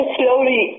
slowly